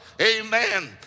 Amen